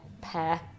pair